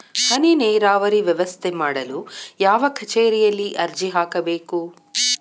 ಹನಿ ನೇರಾವರಿ ವ್ಯವಸ್ಥೆ ಮಾಡಲು ಯಾವ ಕಚೇರಿಯಲ್ಲಿ ಅರ್ಜಿ ಹಾಕಬೇಕು?